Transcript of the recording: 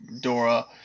Dora